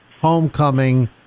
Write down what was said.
Homecoming